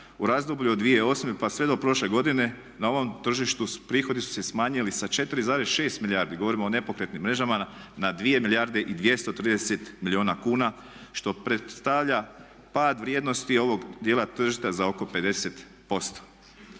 u razdoblju od 2008. pa sve do prošle godine na ovom tržištu prihodi su se smanjili sa 4,6 milijardi, govorimo o nepokretnim mrežama na 2 milijarde i 230 milijuna kuna što predstavlja pad vrijednosti ovog dijela tržišta za oko 50%.